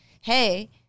hey